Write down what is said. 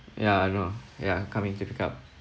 ya I know ya coming to pick up